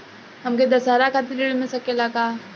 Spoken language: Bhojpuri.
हमके दशहारा खातिर ऋण मिल सकेला का?